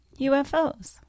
UFOs